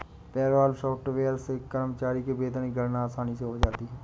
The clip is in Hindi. पेरोल सॉफ्टवेयर से कर्मचारी के वेतन की गणना आसानी से हो जाता है